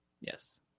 yes